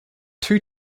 two